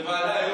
זה ועדה.